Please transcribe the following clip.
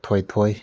ꯊꯣꯏꯊꯣꯏ